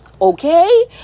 okay